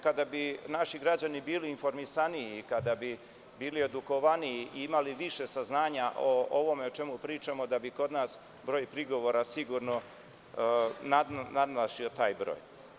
Kada bi naši građani bilo informisaniji, kada bi bili edukovaniji, imali više saznanja o ovome o čemu pričamo, verujem da bi broj prigovora kod nas sigurno nadmašio taj broj.